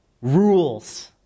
rules